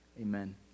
amen